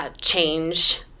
change